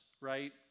right